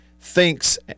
thinks